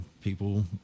people